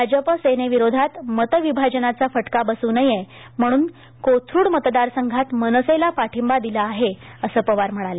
भाजप सेनेविरोधात मतविभाजनाचा फटका बसू नये म्हणून कोथरुड मतदार संघात मनसेला पाठिंबा दिला आहे असं पवार म्हणाले